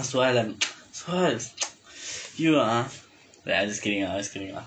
suhail I'm suhail you ah I just kidding just kidding lah